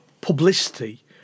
publicity